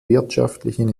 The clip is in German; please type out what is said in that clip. wirtschaftlichen